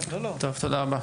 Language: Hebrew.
טוב, תודה רבה.